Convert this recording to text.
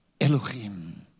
Elohim